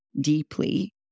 deeply